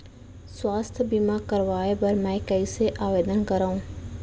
स्वास्थ्य बीमा करवाय बर मैं कइसे आवेदन करव?